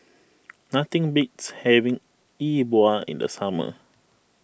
nothing beats having Yi Bua in the summer